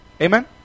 Amen